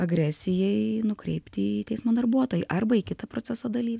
agresijai nukreipti į teismo darbuotoją arba į kitą proceso dalyvį